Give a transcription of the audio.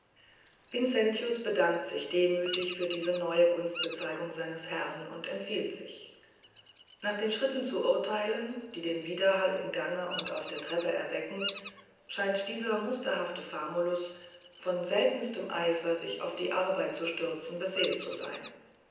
vincentius bedankt sich demütig für diese neue gunstbezeugung seines herrn und empfiehlt sich nach den schritten zu urteilen die den widerhall im gange und auf der treppe erwecken scheint dieser musterhafte famulus von dem seltensten eifer sich auf die arbeit zu stürzen beseelt zu sein